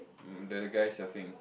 the guy surfing